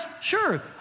sure